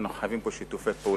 כי אנחנו חייבים פה שיתופי פעולה,